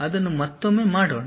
ಅದನ್ನು ಮತ್ತೊಮ್ಮೆ ಮಾಡೋಣ